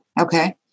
Okay